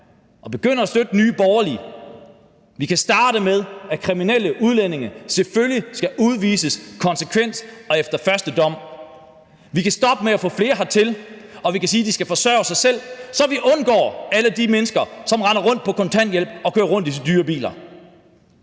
og begynder at støtte Nye Borgerlige? Vi kan starte med, at kriminelle udlændinge selvfølgelig skal udvises konsekvent og efter første dom. Vi kan stoppe med at få flere hertil, og vi kan sige, at de skal forsørge sig selv, så vi undgår alle de mennesker, som render rundt på kontanthjælp og kører rundt i dyre biler.